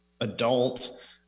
adult